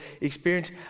experience